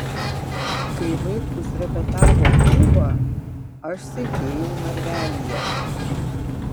kai vaitkus repetavo ūbą aš sėdėjau narvelyje